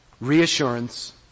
Reassurance